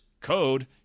code